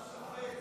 אתה אדם שפל.